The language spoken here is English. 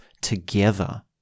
together